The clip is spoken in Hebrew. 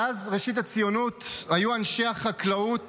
מאז ראשית הציונות היו אנשי החקלאות